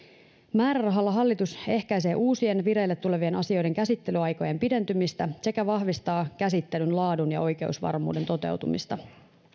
määrärahalla hallitus ehkäisee uusien vireille tulevien asioiden käsittelyaikojen pidentymistä sekä vahvistaa käsittelyn laadun ja oikeusvarmuuden toteutumista